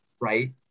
right